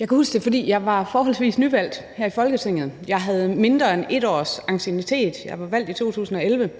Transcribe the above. jeg huske, fordi jeg var forholdsvis nyvalgt her i Folketinget, jeg havde mindre end 1 års anciennitet, idet jeg blev valgt i 2011